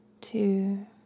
two